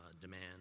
demand